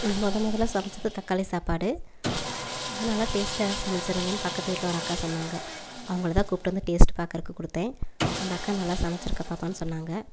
நான் மொதல் முதல்ல சமைச்சது தக்காளி சாப்பாடு அது நல்லா டேஸ்ட்டாக சமைச்சிருந்தேன் பக்கத்து வீட்டில் ஒரு அக்கா சொன்னாங்க அவங்களதான் கூப்பிட்டு வந்து டேஸ்ட் பார்க்குறக்கு கொடுத்தேன் அந்த அக்கா நல்லா சமைச்சிருக்க பாப்பான்னு சொன்னாங்க